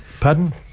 Pardon